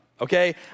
Okay